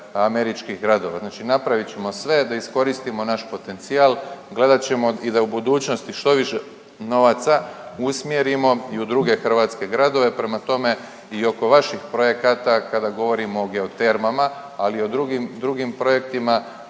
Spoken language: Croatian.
američkih gradova. Znači napravit ćemo sve da iskoristimo naš potencijal, gledat ćemo i da u budućnosti što više novaca usmjerimo i u druge hrvatske gradove, prema tome i oko vaših projekata kada govorimo i geotermama, ali i o drugim projektima